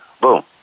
boom